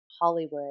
hollywood